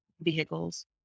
vehicles